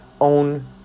own